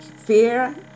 Fear